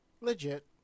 legit